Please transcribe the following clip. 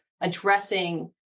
addressing